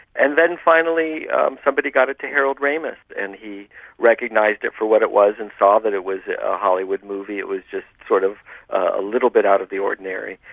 and then finally somebody got it to harold ramis and he recognised it for what it was and saw that it was a hollywood movie, it was just sort of a little bit out of the ordinary,